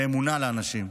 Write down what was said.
באמונה לאנשים.